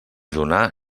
donar